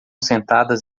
sentadas